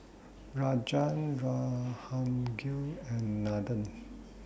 Rajan Jahangir and Nathan